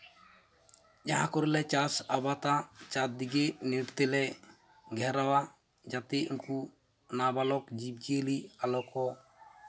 ᱡᱟᱦᱟᱸ ᱠᱚᱨᱮᱞᱮ ᱪᱟᱥ ᱟᱵᱟᱫᱟ ᱪᱟᱨᱫᱤᱠᱮ ᱱᱮᱹᱴ ᱛᱮᱞᱮ ᱜᱷᱮᱨᱟᱣᱟ ᱡᱟᱛᱮ ᱩᱱᱠᱩ ᱱᱟᱵᱟᱞᱚᱠ ᱡᱤᱵᱽᱼᱡᱤᱭᱟᱹᱞᱤ ᱟᱞᱚ ᱠᱚ